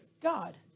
God